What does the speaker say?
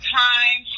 time